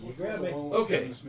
Okay